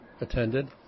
attended